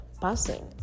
passing